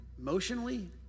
emotionally